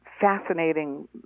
fascinating